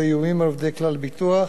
מה שביקש שר התמ"ת לציין,